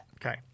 Okay